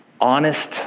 honest